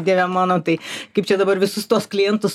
dieve mano tai kaip čia dabar visus tuos klientus